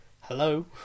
hello